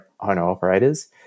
owner-operators